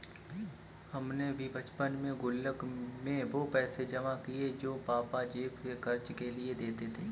हमने भी बचपन में गुल्लक में वो पैसे जमा किये हैं जो पापा जेब खर्च के लिए देते थे